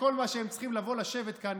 שכל מה שהם צריכים זה לבוא ולשבת כאן,